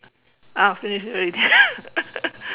ah finish already